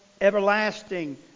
everlasting